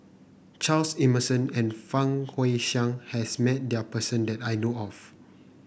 Charles Emmerson and Fang Guixiang has met there person that I know of